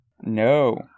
No